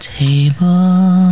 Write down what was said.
table